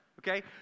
okay